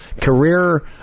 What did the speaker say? career